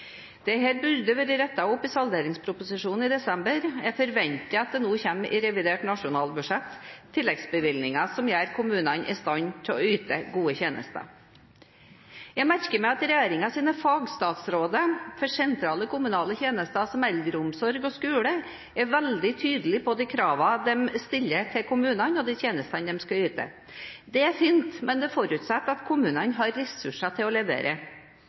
burde vært rettet opp i salderingsproposisjonen i desember. Jeg forventer at det nå kommer tilleggsbevilgninger i revidert nasjonalbudsjett som gjør kommunene i stand til å yte gode tjenester. Jeg merker meg at regjeringens fagstatsråder for sentrale kommunale tjenester som eldreomsorg og skole er veldig tydelige på de kravene de stiller til kommunene, og de tjenestene de skal yte. Det er fint, men det forutsetter at kommunene har ressurser til å levere.